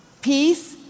Peace